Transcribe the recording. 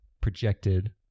projected